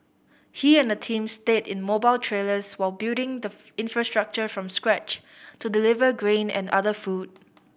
he and a team stayed in mobile trailers while building the infrastructure from scratch to deliver grain and other food